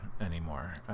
anymore